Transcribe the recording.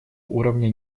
уровня